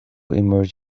immerse